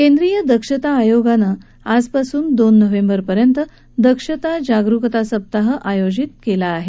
केंद्रीय दक्षता आयोगाच्या वतीनं आजपासून दोन नोव्हेम्बरपर्यंत दक्षता जागरूकता सप्ताह आयोजित केला आहे